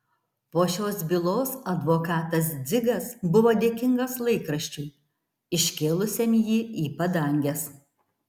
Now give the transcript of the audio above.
po šios bylos advokatas dzigas buvo dėkingas laikraščiui iškėlusiam jį į padanges